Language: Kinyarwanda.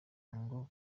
ngo